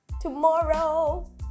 tomorrow